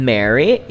Mary